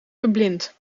verblind